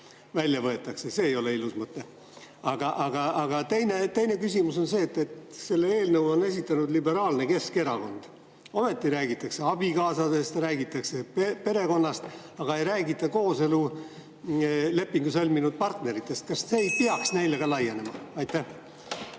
välja võetakse. See ei ole ilus mõte. Aga teine küsimus on see, et selle eelnõu on esitanud liberaalne Keskerakond, ometi räägitakse abikaasadest, räägitakse perekonnast, aga ei räägita kooselulepingu sõlminud partneritest. (Juhataja helistab kella.) Kas see ei peaks neile ka laienema? Aitäh,